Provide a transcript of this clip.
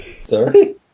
Sorry